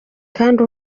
kandi